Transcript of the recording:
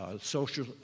social